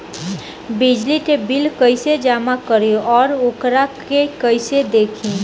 बिजली के बिल कइसे जमा करी और वोकरा के कइसे देखी?